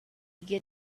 get